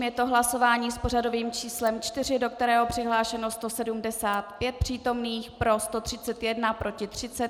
Je to hlasování s pořadovým číslem 4, do kterého je přihlášeno 175 přítomných, pro 131, proti 30.